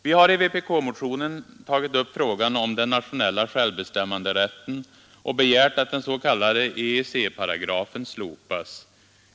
Vi har i vpk-motionen tagit upp frågan om den nationella självbestämmanderätten och begärt att den s.k. EEC-paragrafen slopas.